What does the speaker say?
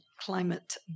climate